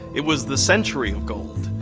it was the century of gold.